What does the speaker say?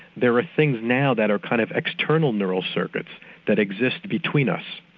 there are things now that are kind of external neural circuits that exist between us.